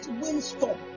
windstorm